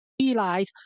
realize